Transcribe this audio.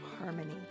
harmony